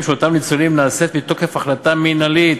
של אותם ניצולים נעשית מתוקף החלטה מינהלית